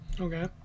Okay